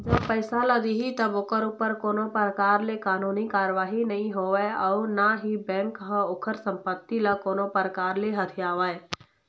जब पइसा ल दिही तब ओखर ऊपर कोनो परकार ले कानूनी कारवाही नई होवय अउ ना ही बेंक ह ओखर संपत्ति ल कोनो परकार ले हथियावय